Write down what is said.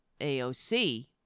AOC